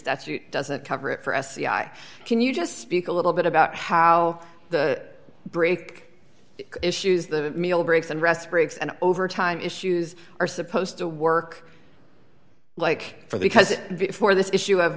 t doesn't cover it for sci can you just speak a little bit about how the break issues the meal breaks and rest breaks and overtime issues are supposed to work like for because for this issue